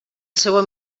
seua